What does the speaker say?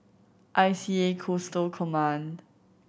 I C A Coastal Command